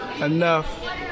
enough